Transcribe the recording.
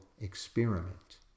experiment